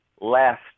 last